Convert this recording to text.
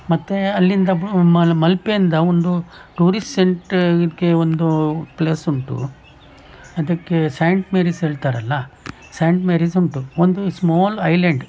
ಮತ್ತೆ ಅಲ್ಲಿಂದ ಬ ಮಲ್ ಮಲ್ಪೆಯಿಂದ ಒಂದು ಟೂರಿಸ್ಟ್ ಸೆಂಟ್ ಇದಕ್ಕೆ ಒಂದು ಪ್ಲೇಸ್ ಉಂಟು ಅದಕ್ಕೆ ಸೈಂಟ್ ಮೇರಿಸ್ ಹೇಳ್ತಾರಲ್ಲ ಸೈಂಟ್ ಮೇರಿಸ್ ಉಂಟು ಒಂದು ಈ ಸ್ಮಾಲ್ ಐಲ್ಯಾಂಡ್